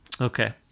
Okay